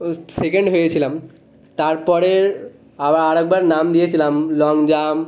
ও second হয়েছিলাম তারপরে আবার আর একবার নাম দিয়েছিলাম লং জাম্প